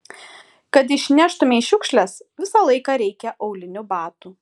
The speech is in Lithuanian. kad išneštumei šiukšles visą laiką reikia aulinių batų